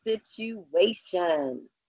situation